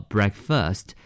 Breakfast